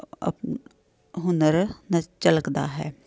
ਆਪਣਾ ਹੁਨਰ ਨ ਝਲਕਦਾ ਹੈ